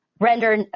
render